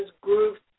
groups